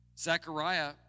Zechariah